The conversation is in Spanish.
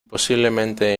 posiblemente